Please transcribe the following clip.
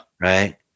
Right